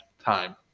time